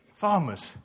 Farmers